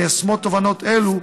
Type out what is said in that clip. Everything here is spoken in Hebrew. מיישמות תובנות אלו